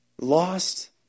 lost